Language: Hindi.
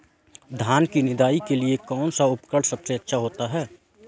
धान की निदाई के लिए कौन सा उपकरण सबसे अच्छा होता है?